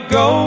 go